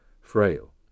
frail